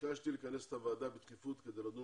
ביקשתי לכנס את הוועדה בדחיפות כדי לדון